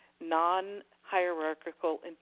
non-hierarchical